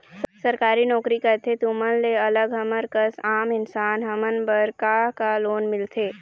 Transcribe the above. सरकारी नोकरी करथे तुमन ले अलग हमर कस आम इंसान हमन बर का का लोन मिलथे?